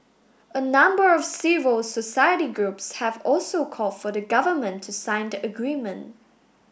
a number of civil society groups have also called for the Government to sign the agreement